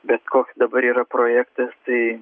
bet koks dabar yra projektas tai